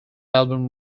album